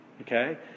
okay